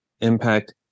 impact